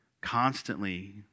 constantly